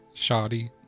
Shoddy